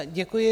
Děkuji.